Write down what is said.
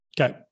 Okay